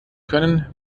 können